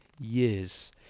years